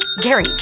Gary